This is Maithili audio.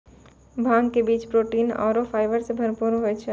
भांग के बीज प्रोटीन आरो फाइबर सॅ भरपूर होय छै